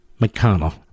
McConnell